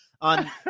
on